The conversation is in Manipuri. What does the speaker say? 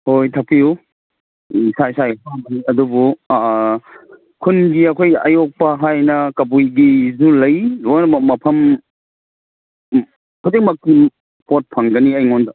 ꯍꯣꯏ ꯊꯛꯄꯤꯌꯨ ꯏꯁꯥ ꯏꯁꯥꯒꯤ ꯑꯄꯥꯝꯕꯅꯤ ꯑꯗꯨꯕꯨ ꯈꯨꯟꯒꯤ ꯑꯩꯈꯣꯏ ꯑꯌꯣꯛꯄ ꯍꯥꯏꯅ ꯀꯕꯨꯏꯒꯤꯁꯨ ꯂꯩ ꯂꯣꯏꯅꯃꯛ ꯃꯐꯝ ꯈꯨꯗꯤꯡꯃꯛꯀꯤ ꯄꯣꯠ ꯐꯪꯒꯅꯤ ꯑꯩꯉꯣꯟꯗ